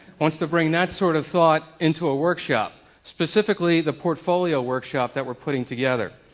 wants to bring that sort of thought into a workshop. specifically the portfolio workshop that we're putting together.